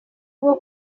bwo